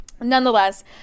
nonetheless